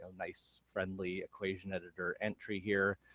ah nice friendly equation editor entry here,